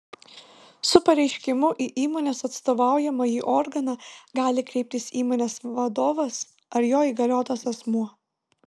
su pareiškimu į įmonės atstovaujamąjį organą gali kreiptis įmonės vadovas ar jo įgaliotas asmuo